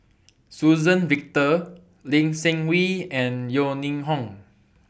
Suzann Victor Lee Seng Wee and Yeo Ning Hong